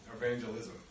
evangelism